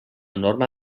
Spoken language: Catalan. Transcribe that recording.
norma